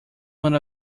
one